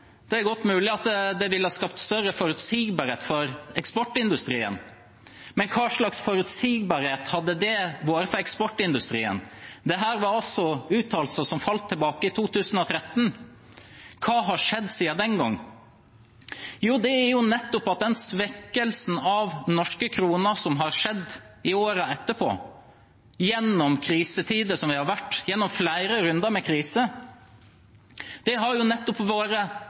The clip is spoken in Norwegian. det er godt mulig at det ville ha skapt større forutsigbarhet for eksportindustrien, men hva slags forutsigbarhet hadde det vært for eksportindustrien? Dette var altså uttalelser som falt tilbake i 2013. Hva har skjedd siden den gang? Jo, det er nettopp at den svekkelsen av den norske krona som har skjedd i årene etterpå, gjennom flere runder med kriser, har vært til stor nytte for eksportindustrien. Hva hadde skjedd med norsk eksportindustri dersom vi i den situasjonen hadde vært